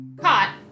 caught